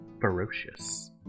ferocious